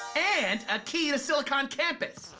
and a key to silicon campus!